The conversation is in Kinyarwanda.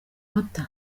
mata